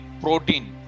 protein